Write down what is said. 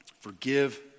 forgive